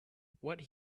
what